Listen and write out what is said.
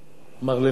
מר לוין,